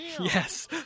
yes